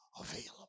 available